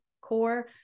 core